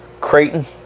Creighton